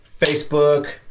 Facebook